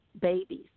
babies